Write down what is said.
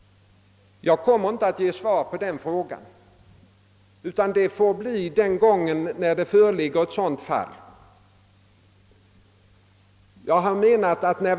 Jag kommer inte att ge svar på den frågan, utan denna får vi ta ställning till när ett sådant fall föreligger.